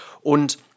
und